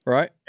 Right